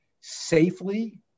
safely